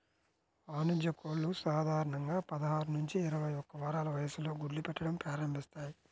వాణిజ్య కోళ్లు సాధారణంగా పదహారు నుంచి ఇరవై ఒక్క వారాల వయస్సులో గుడ్లు పెట్టడం ప్రారంభిస్తాయి